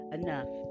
enough